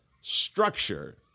structure